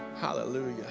Hallelujah